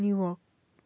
New York